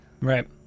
Right